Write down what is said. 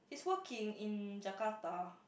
he's working in Jakarta